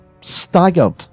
staggered